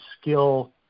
skill